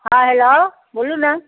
हँ हेलो बोलू ने